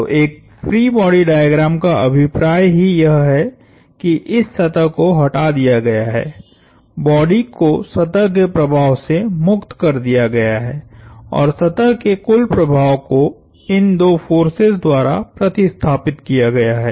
तो एक free body diagram का अभिप्राय ही यह है कि इस सतह को हटा दिया गया है बॉडी को सतह के प्रभाव से मुक्त कर दिया गया है और सतह के कुल प्रभाव को इन दो फोर्सेस द्वारा प्रतिस्थापित किया गया है